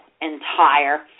entire